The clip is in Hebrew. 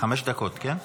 חמש דקות, כן.